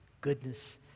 goodness